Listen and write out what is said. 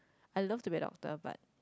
I love to be a doctor but